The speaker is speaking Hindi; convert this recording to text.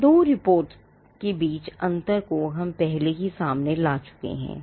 इन 2 रिपोर्टों के बीच अंतर को हम पहले ही सामने ला चुके हैं